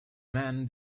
man